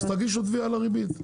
אז תגישו תביעה לריבית.